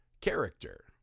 character